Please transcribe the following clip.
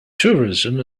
tourism